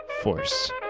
force